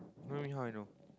what do you mean how I know